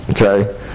Okay